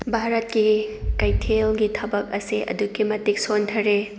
ꯚꯥꯔꯠꯀꯤ ꯀꯩꯊꯦꯜꯒꯤ ꯊꯕꯛ ꯑꯁꯦ ꯑꯗꯨꯒꯤ ꯃꯇꯤꯛ ꯁꯣꯟꯊꯔꯦ